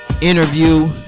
Interview